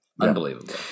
Unbelievable